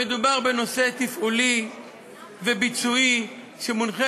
מדובר בנושא תפעולי וביצועי שמונחה